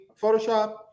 Photoshop